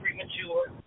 premature